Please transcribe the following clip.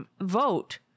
vote